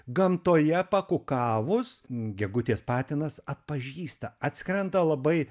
gamtoje pakukavus gegutės patinas atpažįsta atskrenda labai